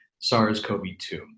SARS-CoV-2